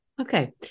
Okay